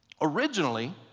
Originally